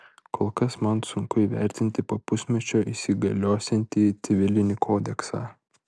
kol kas man sunku įvertinti po pusmečio įsigaliosiantį civilinį kodeksą